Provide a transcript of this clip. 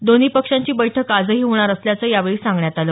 दोन्ही पक्षांची बैठक आजही होणार असल्याचं यावेळी सांगण्यात आलं